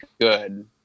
good